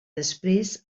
després